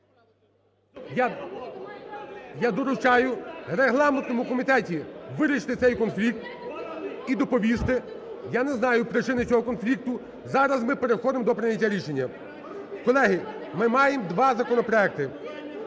Я доручаю регламентному комітету вирішити цей конфлікт і доповісти. Я не знаю причини цього конфлікту. Зараз ми переходимо до прийняття рішення. Колеги, ми маємо два законопроекти: